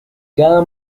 cada